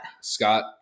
Scott